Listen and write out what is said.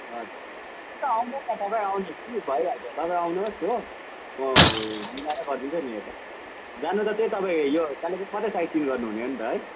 हजुर आउनुहोस् न तपाईँ आउनुहोस् कि भइहाल्छ तपाईँ आउनुहोस् हो म मिलाएर गरिदिन्छु नि यता जानु त त्यही तपाईँ यो कालेबुड मात्रै साइडसिन गर्नु हुने हो नि त है